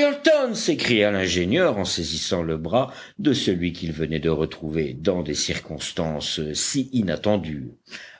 ayrton s'écria l'ingénieur en saisissant le bras de celui qu'il venait de retrouver dans des circonstances si inattendues